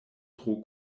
tro